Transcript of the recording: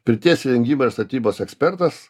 pirties įrengime ir statybos ekspertas